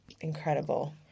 incredible